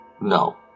No